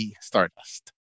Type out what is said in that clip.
stardust